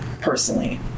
Personally